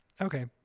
okay